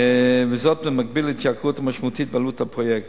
וזאת, במקביל להתייקרות משמעותית בעלות הפרויקט.